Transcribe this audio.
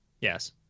Yes